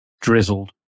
drizzled